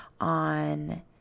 on